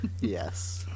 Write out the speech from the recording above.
Yes